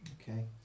Okay